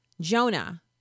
Jonah